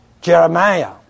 Jeremiah